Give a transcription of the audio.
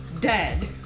dead